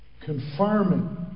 Confirming